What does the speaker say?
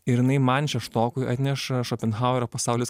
ir jinai man šeštokui atneša šopenhauerio pasaulis